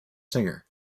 singer